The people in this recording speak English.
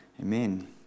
Amen